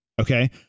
okay